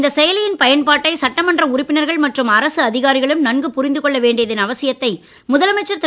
இந்த செயலியின் பயன்பாட்டை சட்டமன்ற உறுப்பினர்கள் மற்றும் அரசு அதிகாரிகளும் நன்கு புரிந்து கொள்ள வேண்டியதன் அவசியத்தை முதலமைச்சர் திரு